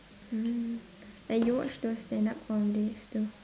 hmm like you watch those stand up comedies too